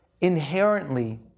inherently